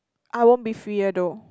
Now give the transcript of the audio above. I won't be freer though